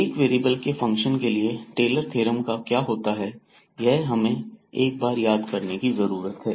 एक वेरिएबल के फंक्शन के लिए टेलर थ्योरम क्या होता है यह हमें एक बार याद करने की जरूरत है